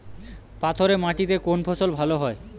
পাথরে মাটিতে কোন ফসল ভালো হয়?